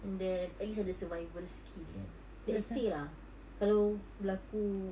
and then at least ada survival skill kan let's say lah kalau berlaku